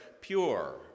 pure